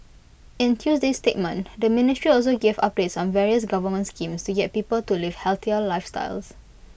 in Tuesday's statement the ministry also gave updates on various government schemes to get people to live healthier lifestyles